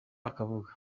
akavuga